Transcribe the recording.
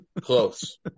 Close